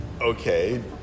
Okay